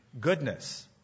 goodness